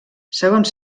segons